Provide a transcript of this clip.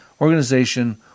Organization